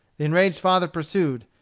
the enraged father pursued,